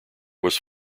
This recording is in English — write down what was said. was